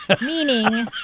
Meaning